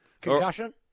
Concussion